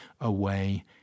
away